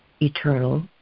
eternal